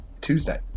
Tuesday